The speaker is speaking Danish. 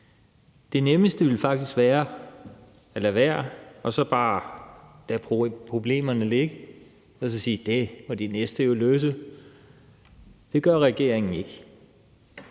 Det nemmeste ville faktisk være at lade være og så bare lade problemerne ligge og sige: Det må de næste jo løse. Det gør regeringen ikke.